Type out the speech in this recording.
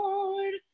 Lord